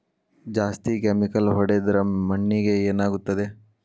ಜಾಸ್ತಿ ಕೆಮಿಕಲ್ ಹೊಡೆದ್ರ ಮಣ್ಣಿಗೆ ಏನಾಗುತ್ತದೆ?